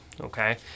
okay